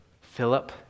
Philip